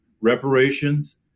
reparations